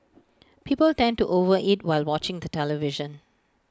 people tend to over eat while watching the television